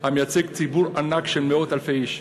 המייצג ציבור ענק של מאות אלפי איש,